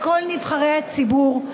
לכל נבחרי הציבור,